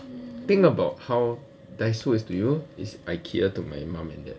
think about how daiso is to you is ikea to my mum and dad